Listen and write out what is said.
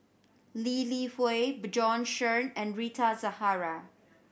Lee Li Hui Bjorn Shen and Rita Zahara